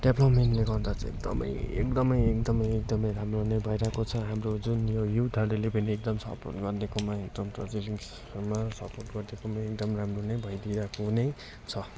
डेभलोपमेन्टले गर्दा चाहिँ एकदमै एकदमै एकदमै एकदमै राम्रो नै भइरहेको छ हाम्रो जुन यो युथहरूले पनि एकदम सपोर्ट गरिदिएकोमा एकदम दार्जिलिङ सहरमा सपोर्ट गरिदिएकोमा एकदम राम्रो नै भइदिरहेको नै छ